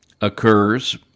occurs